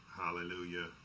hallelujah